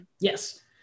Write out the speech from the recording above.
yes